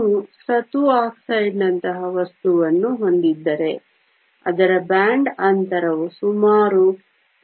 ನೀವು ಸತು ಆಕ್ಸೈಡ್ ನಂತಹ ವಸ್ತುವನ್ನು ಹೊಂದಿದ್ದರೆ ಅದರ ಬ್ಯಾಂಡ್ ಅಂತರವು ಸುಮಾರು 3